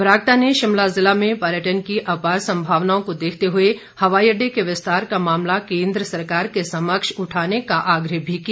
बरागटा ने शिमला ज़िला में पर्यटन की अपार संभावनाओं को देखते हुए हवाई अड्डे के विस्तार का मामला केन्द्र सरकार के समक्ष उठाने का आग्रह भी किया